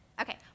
Okay